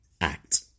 act